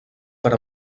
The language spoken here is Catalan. per